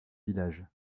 village